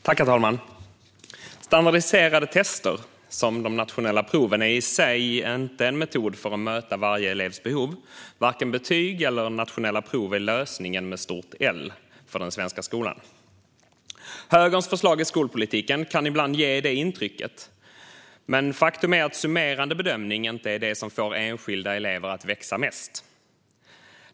Herr talman! Standardiserade tester, som de nationella proven, är i sig inte en metod för att möta varje elevs behov. Varken betyg eller nationella prov är Lösningen med stort L för den svenska skolan. Högerns förslag i skolpolitiken kan ibland ge det intrycket. Men faktum är att summerande bedömning inte är det som får enskilda elever att växa mest.